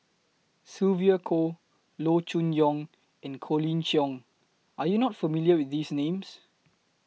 Sylvia Kho Loo Choon Yong and Colin Cheong Are YOU not familiar with These Names